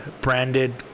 branded